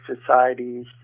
societies